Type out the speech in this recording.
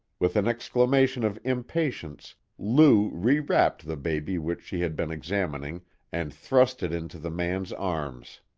with an exclamation of impatience lou rewrapped the baby which she had been examining and thrust it into the man's arms.